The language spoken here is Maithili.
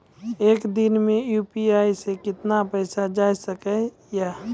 एक दिन मे यु.पी.आई से कितना पैसा जाय सके या?